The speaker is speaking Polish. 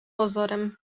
pozorem